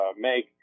make